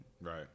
right